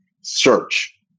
search